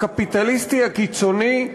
הקפיטליסטי הקיצוני,